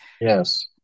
yes